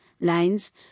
lines